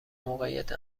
موقعیت